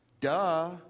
Duh